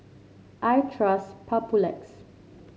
I trust Papulex